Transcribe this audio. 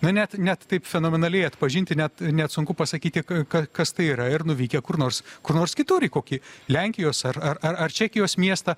na net net taip fenomenali atpažinti net net sunku pasakyti kad kas tai yra ir nuvykę kur nors kur nors kitur į kokį lenkijos ar ar čekijos miestą